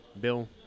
Bill